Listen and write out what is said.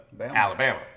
Alabama